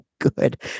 good